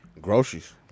Groceries